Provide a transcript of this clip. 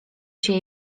się